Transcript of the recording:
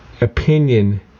opinion